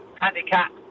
handicap